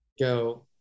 go